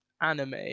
anime